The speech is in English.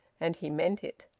and he meant it.